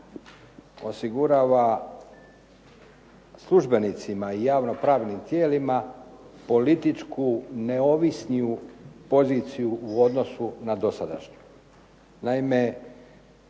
osigurava službenicima i javno-pravnim tijelima političku neovisniju poziciju u odnosu na dosadašnju.